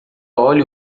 olhe